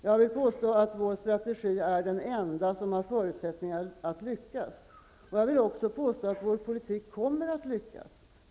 Jag vill påstå att vår strategi är den enda som har förutsättningar att lyckas, och jag vill också påstå att vår politik kommer att lyckas.